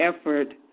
effort